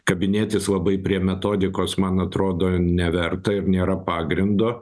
kabinėtis labai prie metodikos man atrodo neverta ir nėra pagrindo